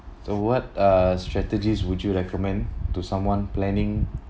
so what uh strategies would you recommend to someone planning